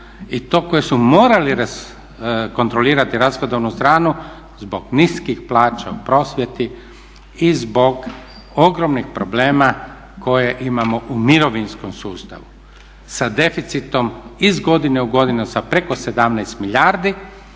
I to koje su morali kontrolirati rashodovnu stranu zbog niskih plaća u prosvjeti i zbog ogromnih problema koje imamo u mirovinskom sustavu sa deficitom iz godine u godinu sa preko 17 milijardi,